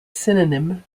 synonym